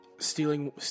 stealing